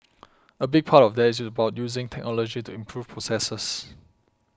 a big part of that is about using technology to improve processes